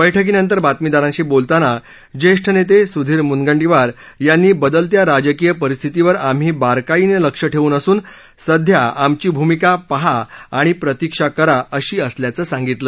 बैठकीनंतर बातमीदारांशी बोलतांना जेष्ठ नेते सुधीर मुनगंटीवार यांनी बदलत्या राजकीय परिस्थितीवर आम्ही बारकाईनं लक्ष ठेऊन असून सध्याच्या आमची भूमिका पहा आणि प्रतिक्षा करा अशी असल्याचं सांगितलं